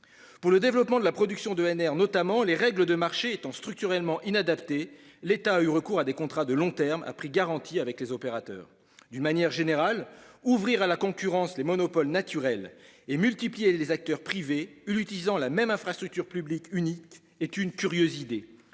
Pour le développement de la production d'EnR notamment, les règles de marché étant structurellement inadaptées, l'État a eu recours à des contrats de long terme à prix garanti avec les opérateurs. D'une manière générale, ouvrir à la concurrence les monopoles naturels et multiplier les acteurs privés utilisant la même infrastructure publique unique est une curieuse idée